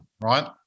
right